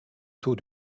taux